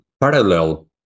parallel